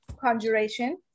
conjuration